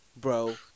bro